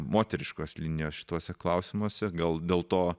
moteriškos linijos šituose klausimuose gal dėl to